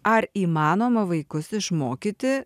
ar įmanoma vaikus išmokyti